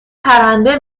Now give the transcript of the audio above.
پرنده